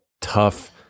tough